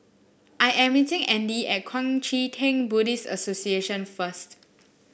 I am meeting Andy at Kuang Chee Tng Buddhist Association first